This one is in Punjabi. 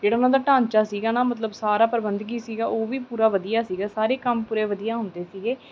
ਜਿਹੜਾ ਉਨ੍ਹਾਂ ਦਾ ਢਾਂਚਾ ਸੀਗਾ ਨਾ ਮਤਲਬ ਸਾਰਾ ਪ੍ਰਬੰਧਕੀ ਸੀਗਾ ਉਹ ਵੀ ਪੂਰਾ ਵਧੀਆ ਸੀਗਾ ਸਾਰੇ ਕੰਮ ਪੂਰੇ ਵਧੀਆ ਹੁੰਦੇ ਸੀਗੇ